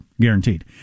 guaranteed